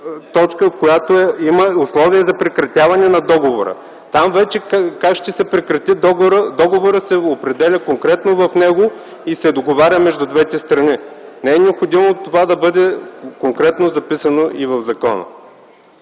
точка, в която има условия за прекратяване на договора. Как ще се прекрати договорът се определя конкретно в него и се договаря между двете страни. Не е необходимо това да бъде конкретно записано и в закона.